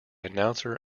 announcer